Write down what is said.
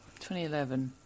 2011